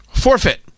Forfeit